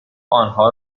آنها